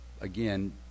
again